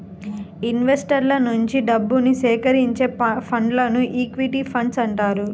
ఇన్వెస్టర్ల నుంచి డబ్బుని సేకరించే ఫండ్స్ను ఈక్విటీ ఫండ్స్ అంటారు